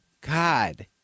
God